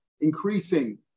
increasing